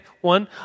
one